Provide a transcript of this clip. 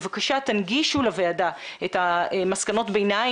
בבקשה תנגישו לוועדה את מסקנות הביניים,